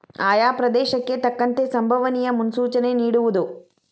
ಆಯಾ ಪ್ರದೇಶಕ್ಕೆ ತಕ್ಕಂತೆ ಸಂಬವನಿಯ ಮುನ್ಸೂಚನೆ ನಿಡುವುದು